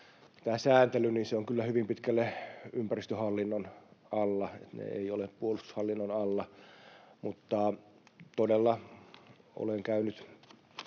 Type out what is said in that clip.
Tämä sääntely on kyllä hyvin pitkälle ympäristöhallinnon alla, se ei ole puolustushallinnon alla, mutta todella olen käynyt